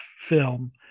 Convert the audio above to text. film